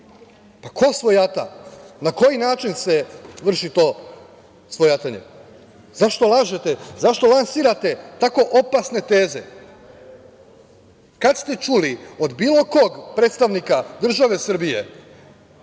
Ko svojata? Na koji način se vrši to svojatanje? Zašto lažete, zašto lansirate tako opasne teze? Kad ste čuli od bilo kog predstavnika države Srbije